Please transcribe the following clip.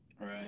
right